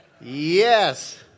Yes